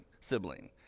sibling